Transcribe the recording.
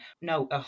No